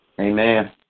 Amen